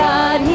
God